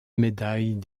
médaille